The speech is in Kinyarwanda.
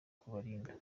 kubarinda